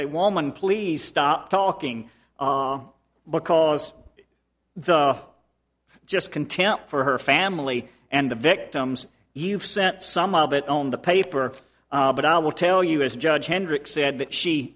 a woman please stop talking because the just contempt for her family and the victims you've sent some of it own the paper but i will tell you as a judge hendrick said that she